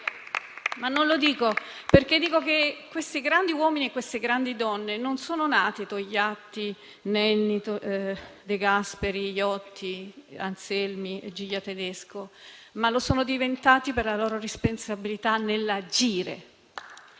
Giglia Tedesco. Questi grandi uomini e queste grandi donne non sono nati Togliatti, Nenni, De Gasperi, Iotti, Anselmi e Tedesco, ma lo sono diventati per la loro responsabilità nell'agire.